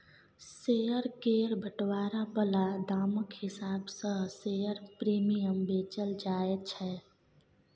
share केर बंटवारा बला दामक हिसाब सँ शेयर प्रीमियम बेचल जाय छै